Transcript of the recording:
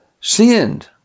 sinned